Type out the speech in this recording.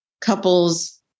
couples